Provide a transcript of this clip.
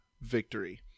victory